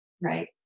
Right